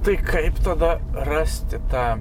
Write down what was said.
tai kaip tada rasti tą